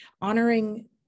honoring